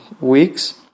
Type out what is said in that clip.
weeks